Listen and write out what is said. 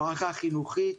ברכה חינוכית,